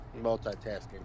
Multitasking